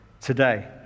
today